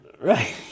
Right